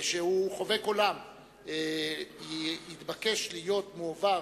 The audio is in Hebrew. שהוא חובק עולם, יתבקש להיות מועבר